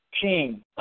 king